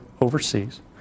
overseas